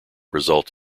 result